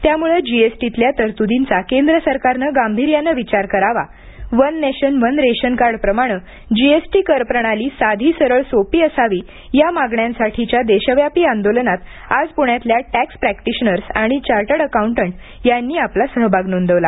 त्यामुळं जीएसटीतल्या तरतुदींचा केंद्र सरकारनं गांभीर्यानं विचार करावा वन नेशन वन रेशनकार्डप्रमाणं जीएसटी करप्रणाली साधी सरळ सोपी असावी या मागण्यांसाठीच्या देशव्यापी आंदोलनात आज पृण्यातल्या टॅक्स प्रॅक्टिशनर्स आणि चार्टर्ड अकाउंटंट यांनी आपला सहभाग नोंदवला